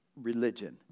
religion